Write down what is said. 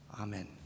Amen